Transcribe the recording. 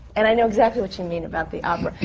and i know exactly what you mean about the opera,